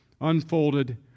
unfolded